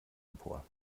empor